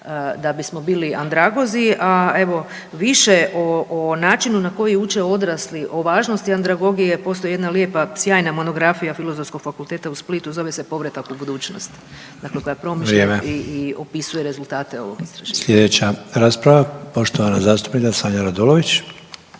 da bismo bili andragozi. A evo više o načinu na koji uče odrasli, o važnosti andragogije postoji jedna lijepa sjajna monografija Filozofskog fakulteta u Splitu zove se „Povratak u budućnost“, dakle …/Upadica Sanader: Vrijeme./… koja promišlja i opisuje rezultate ovog istraživanja. **Sanader, Ante (HDZ)** Sljedeća rasprava poštovana zastupnica Sanja RAdolović.